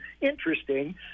interesting